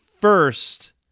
first